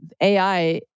AI